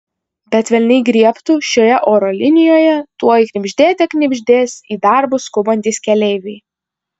bet velniai griebtų šioje oro linijoje tuoj knibždėte knibždės į darbus skubantys keleiviai